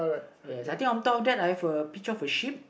yes I think on top of that I have a picture of sheep